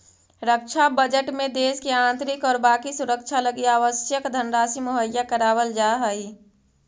रक्षा बजट में देश के आंतरिक और बाकी सुरक्षा लगी आवश्यक धनराशि मुहैया करावल जा हई